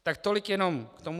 Tak tolik jenom k tomu.